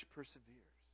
perseveres